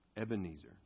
Ebenezer